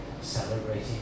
celebrating